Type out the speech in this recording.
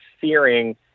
fearing –